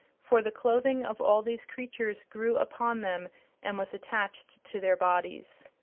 for the clothing of all these creatures grew upon them and was attached to their bodies.